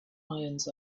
ions